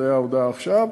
זאת ההודעה עכשיו.